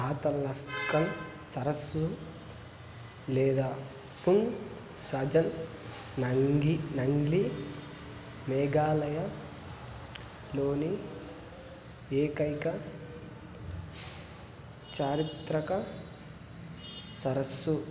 తాతలస్కల్ సరస్సు లేదా పుంగ్ సజన్ నంగీ నంగ్లీ మేఘాలయలోని ఏకైక చారిత్రిక సరస్సు